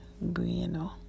bueno